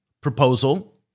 proposal